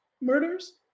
murders